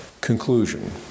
Conclusion